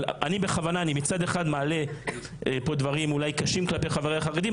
אבל אני בכוונה מעלה פה אולי דברים קשים כלפי חרדים,